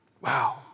Wow